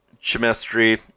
chemistry